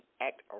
act